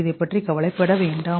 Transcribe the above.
இதைப் பற்றி கவலைப்பட வேண்டாம்